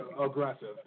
aggressive